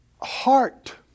Heart